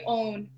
own